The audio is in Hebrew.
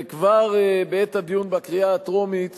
וכבר בעת הדיון בקריאה הטרומית